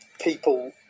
people